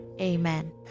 Amen